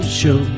show